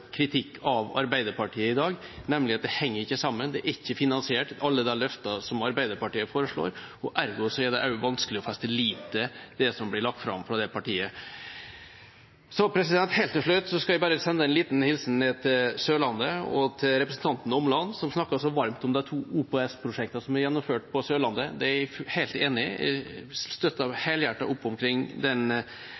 kritikk av Arbeiderpartiet i dag, nemlig at det ikke henger sammen – alle de løftene som Arbeiderpartiet foreslår, er ikke finansiert. Ergo er det vanskelig å feste lit til det som blir lagt fram av det partiet. Helt til slutt skal jeg bare sende en liten hilsen ned til Sørlandet og til representanten Omland, som snakket så varmt om de to OPS-prosjektene som er gjennomført på Sørlandet. Der er jeg helt enig